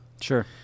Sure